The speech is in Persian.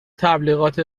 تبلیغات